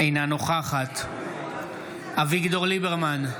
אינה נוכחת אביגדור ליברמן,